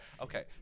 Okay